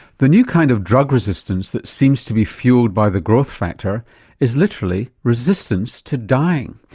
the new kind of drug resistance that seems to be fuelled by the growth factor is literally resistance to dying.